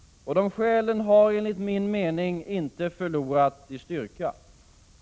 Och de skälen har enligt min mening inte förlorat i styrka.